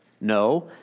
No